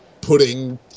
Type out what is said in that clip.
putting